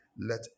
Let